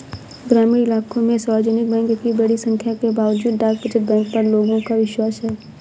ग्रामीण इलाकों में सार्वजनिक बैंक की बड़ी संख्या के बावजूद डाक बचत बैंक पर लोगों का विश्वास है